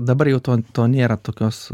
dabar jau to to nėra tokios